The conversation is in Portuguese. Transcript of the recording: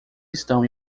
estão